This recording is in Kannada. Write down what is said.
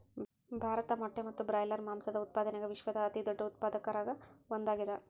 ಭಾರತ ಮೊಟ್ಟೆ ಮತ್ತು ಬ್ರಾಯ್ಲರ್ ಮಾಂಸದ ಉತ್ಪಾದನ್ಯಾಗ ವಿಶ್ವದ ಅತಿದೊಡ್ಡ ಉತ್ಪಾದಕರಾಗ ಒಂದಾಗ್ಯಾದ